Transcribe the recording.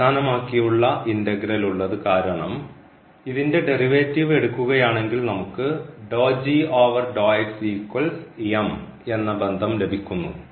അടിസ്ഥാനമാക്കിയുള്ള ഇൻറെഗ്രേൽ ഉള്ളത് കാരണം ഇതിൻറെ ഡെറിവേറ്റീവ് എടുക്കുകയാണെങ്കിൽ നമുക്ക് എന്ന ബന്ധം ലഭിക്കുന്നു